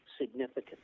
significant